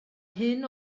hyn